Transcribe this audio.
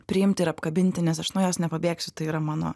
priimti ir apkabinti nes aš nuo jos nepabėgsiu tai yra mano